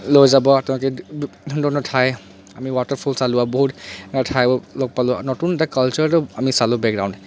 লৈ যাব তেওঁলোকে বিভিন্ন ধৰণৰ ঠাই আমি ৱাটাৰফল চালোঁ আৰু বহুত ঠাইবোৰ লগ পালোঁ নতুন তাৰ কালচাৰটো আমি চালোঁ বেকগ্ৰাউণ্ড